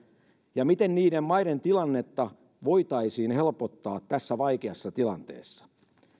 miten niiden maiden tilannetta voitaisiin helpottaa tässä vaikeassa tilanteessa